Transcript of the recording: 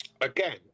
Again